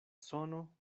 sono